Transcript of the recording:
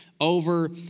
over